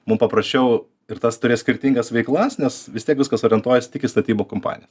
mums paprasčiau ir tas turi skirtingas veiklas nes vis tiek viskas orientuojasi tik į statybų kompaniją